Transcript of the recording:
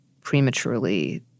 prematurely